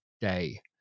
Day